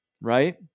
Right